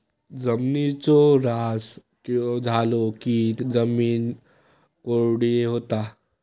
जिमिनीचो ऱ्हास झालो की जिमीन कोरडी होता